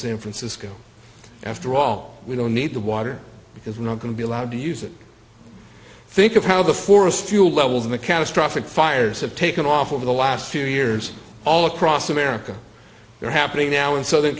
san francisco after all we don't need the water because we're not going to be allowed to use it think of how the forest fuel levels in the catastrophic fires have taken off over the last few years all across america they're happening now in southern